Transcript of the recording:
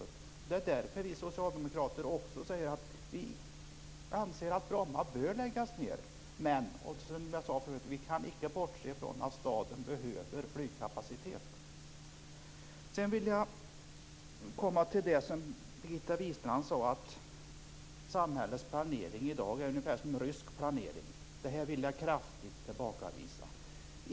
Det är också därför vi socialdemokrater säger att Bromma bör läggas ned men att, som jag sade förut, vi inte kan bortse från att staden behöver flygkapacitet. Birgitta Wistrand sade också att samhällets planering i dag är ungefär som rysk planering. Detta vill jag kraftigt tillbakavisa.